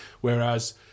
Whereas